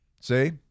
See